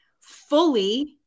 fully